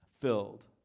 filled